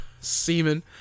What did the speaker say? semen